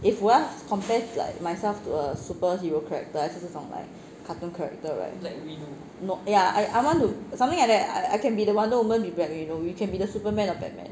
if 我要 compare like myself to a superhero character 还是这种 like cartoon character right no ya I I want to something like that I I can be the wonder woman be black widow you can be the superman or batman